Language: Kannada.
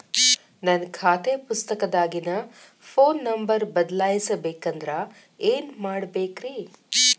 ನನ್ನ ಖಾತೆ ಪುಸ್ತಕದಾಗಿನ ಫೋನ್ ನಂಬರ್ ಬದಲಾಯಿಸ ಬೇಕಂದ್ರ ಏನ್ ಮಾಡ ಬೇಕ್ರಿ?